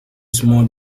small